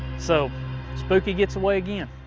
so spooky gets away again.